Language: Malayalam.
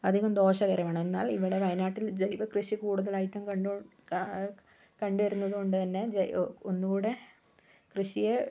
അധികം ദോഷകരമാണ് എന്നാൽ ഇവിടെ വയനാട്ടിൽ ജൈവ കൃഷി കൂടുതലായിട്ടും കണ്ടു കണ്ടുവരുന്നത് കൊണ്ടുതന്നെ ജൈവ ഒന്നുകൂടെ കൃഷിയെ